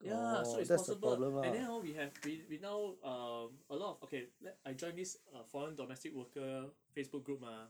ya so it's possible and then hor we have we we now uh alot of okay le~ I join this uh foreign domestic worker Facebook group mah